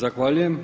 Zahvaljujem.